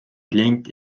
klient